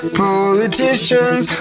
politicians